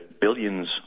billions